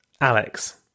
Alex